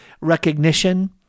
recognition